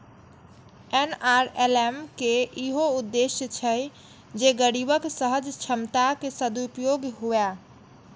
NRLM के इहो उद्देश्य छै जे गरीबक सहज क्षमताक सदुपयोग हुअय